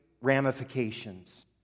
ramifications